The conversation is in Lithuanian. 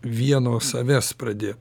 vieno savęs pradėt